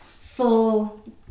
full